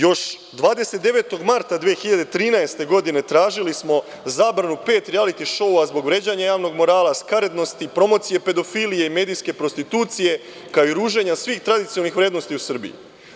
Još 29. marta 2013. godine tražili smo zabranu pet rijaliti šoova zbog vređanja javnog morala, skaradnosti, promocije pedofilije, medijske prostitucije kao i ruženja svih tradicionalnih vrednosti u Srbiji.